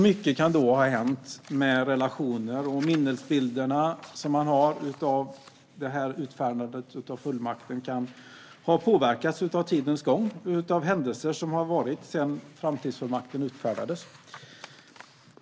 Mycket kan då ha hänt med relationer, och minnesbilderna man har av utfärdandet av fullmakten kan ha påverkats av tidens gång och av händelser som har inträffat sedan framtidsfullmakten utfärdades.